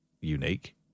unique